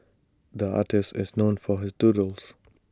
the artist is known for his doodles